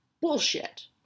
Bullshit